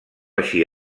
així